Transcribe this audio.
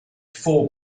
four